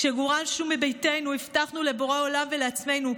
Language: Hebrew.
כשגורשנו מביתנו הבטחנו לבורא עולם ולעצמנו,